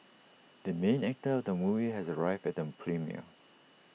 the main actor of the movie has arrived at the premiere